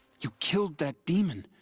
you killed that demon.